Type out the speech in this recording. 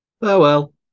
Farewell